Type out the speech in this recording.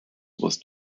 was